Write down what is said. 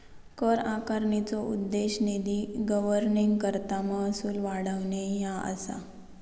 कर आकारणीचो उद्देश निधी गव्हर्निंगकरता महसूल वाढवणे ह्या असा